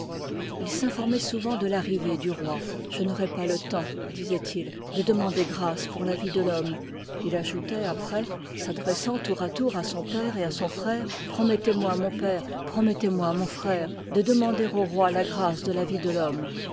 il s'informoit souvent de l'arrivée du roi je n'aurai pas le temps disoit-il de demander grâce pour la vie del'homme il ajoutoit après s'adressant tour à tour à son père et à son frère promettezmoi mon père promettez moi mon frère de demander au roi la grâce de la vie de l'homme